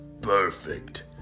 Perfect